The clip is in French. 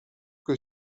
que